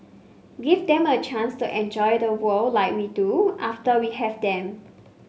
give them a chance to enjoy the world like we do after we have them